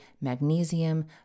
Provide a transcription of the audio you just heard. Magnesium